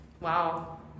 Wow